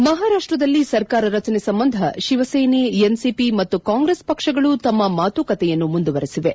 head ಮಹಾರಾಷ್ಷದಲ್ಲಿ ಸರ್ಕಾರ ರಚನೆ ಸಂಬಂಧ ಶಿವಸೇನೆ ಎನ್ಸಿಪಿ ಮತ್ತು ಕಾಂಗ್ರೆಸ್ ಪಕ್ಷಗಳು ತಮ್ಮ ಮಾತುಕತೆಯನ್ನು ಮುಂದುವರಿಸಿವೆ